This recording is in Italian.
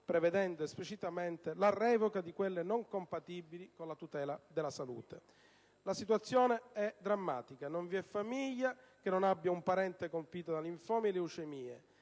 prevedendo esplicitamente la revoca di quelle non compatibili con la tutela della salute. La situazione, infatti, è drammatica. Non vi è famiglia che non abbia un parente colpito da linfomi e leucemie.